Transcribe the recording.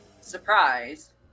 surprise